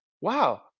wow